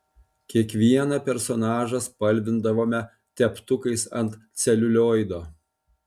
kiekvieną personažą spalvindavome teptukais ant celiulioido